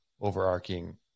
overarching